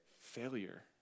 failure